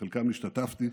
בחלקם השתתפתי,